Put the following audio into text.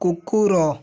କୁକୁର